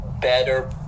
better